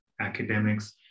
academics